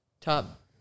top